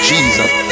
Jesus